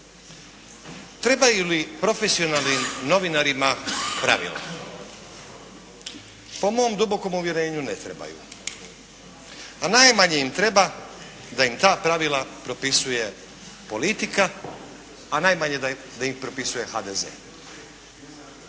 Trebaju li profesonalnim novinarima pravila? Po mom dubokom uvjerenju ne trebaju. A najmanje im treba da im ta pravila propisuje politika a najmanje da im propisuje HDZ.